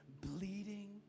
bleeding